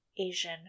Asian